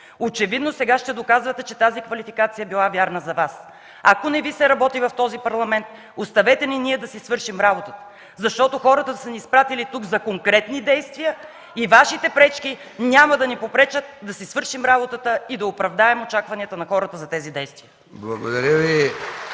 Очевидно сега ще доказвате, че сега тази квалификация е била вярна за Вас. Ако не Ви се работи в този парламент, оставете ние да си свършим работата, защото хората са ни изпратили тук за конкретни действия и Вашите пречки няма да ни попречат да си свършим работата и да оправдаем очакванията на хората за тези действия. (Ръкопляскания